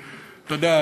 אתה יודע,